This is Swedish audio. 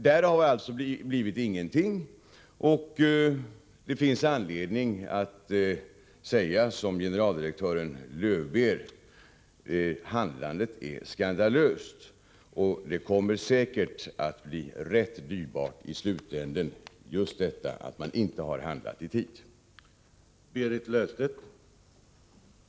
Därav blev alltså intet, och det finns anledning att säga som generaldirektören Löwbeer: Handlandet är skandalöst. Just detta att man inte har handlat i tid kommer säkert att bli rätt dyrbart i slutänden.